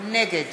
נגד